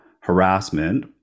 harassment